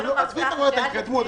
עזבי את ההתקדמות.